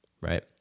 right